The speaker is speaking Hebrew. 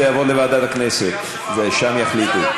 זה יעבור לוועדת הכנסת ושם יחליטו.